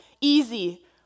easy